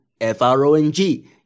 F-R-O-N-G